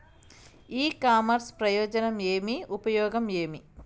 ఇ commerce ప్రయోజనం ఏమి? ఉపయోగం ఏమి?